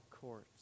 courts